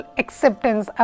acceptance